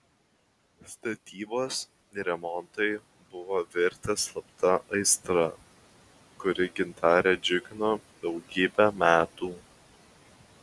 statybos ir remontai buvo virtę slapta aistra kuri gintarę džiugino daugybę metų